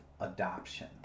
adoption